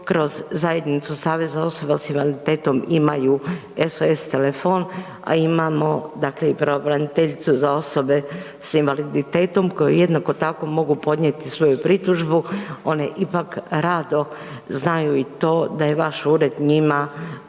kroz Zajednicu Saveza osoba s invaliditetom imaju SOS telefon, a imamo dakle i pravobraniteljicu za osobe s invaliditetom kojoj jednako tako mogu podnijeti svoju pritužbu, one ipak rado znaju i to da je vaš ured njima